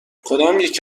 کدامیک